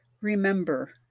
Remember